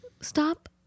stop